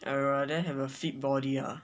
I rather have a fit body ah